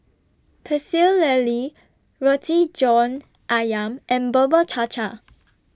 Pecel Lele Roti John Ayam and Bubur Cha Cha